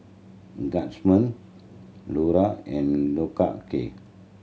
Guardsman Lora and Loacker